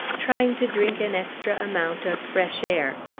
trying to drink an extra amount of fresh air.